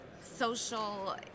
social